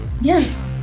Yes